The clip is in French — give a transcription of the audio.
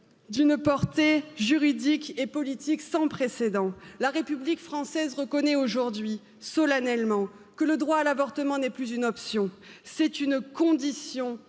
d'une portée juridique et politique sans précédent. La République française reconnaît aujourd'hui, solennellement que le droit à l'avortement n'est plus une option, c'est une condition